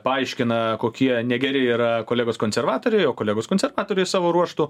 paaiškina kokie negeri yra kolegos konservatoriai o kolegos konservatoriai savo ruožtu